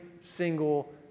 single